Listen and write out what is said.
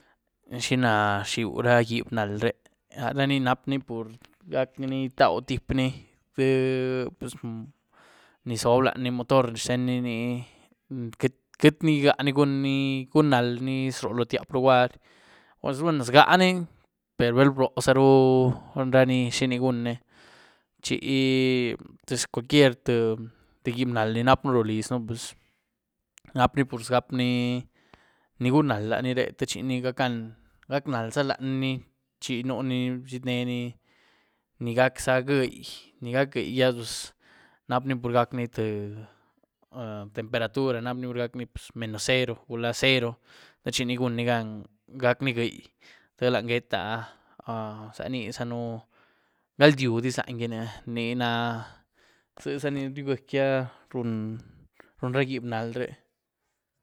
¿Xiná rxieu ra gyiéb nal ré? lará ní napní pur gac ní, tautiep´ ní ni zob lanyní mootor xten ni ní queity-queityní iganí gunní gunaalní zroo lotiepy luguary pues byien zgání per bal broó zarú ra ni xinní gunní chi tïé cualquier tïé gyiéb nal ní nap´ën rulizën pus nap´ní pus gap´ní ni gunnahl laní ré te chiní gac´gan gac´nahlza lanyní chi nuní ziet´není ní gac´za gwei, ni gac´za gwei pus nap´ní que gac´ní tïé temperatura, nap´ní que gac´ní tïé menos cero gula cero té chiní gun ní gan gac´ní gwei té lany get´ah zhaá inizaën galn´diuhdiz lagíni ni na, ziezá ni ryugyiec´a run ra gyiéb nahl ré.